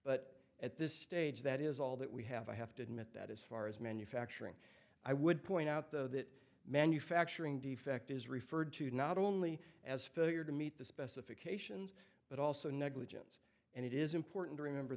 but at this stage that is all that we have i have to admit that as far as manufacturing i would point out though that manufacturing defect is referred to not only as failure to meet the specifications but also negligence and it is important to remember